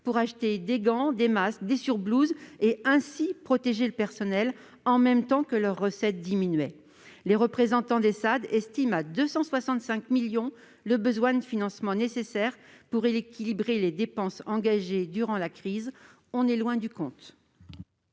pour acheter des gants, des masques et des surblouses, et ainsi protéger le personnel, en même temps que leurs recettes diminuaient. Les représentants des SAAD estiment à 265 millions d'euros le besoin de financement nécessaire pour équilibrer les dépenses engagées durant la crise. Nous sommes loin du compte